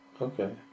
Okay